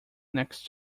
next